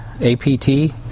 A-P-T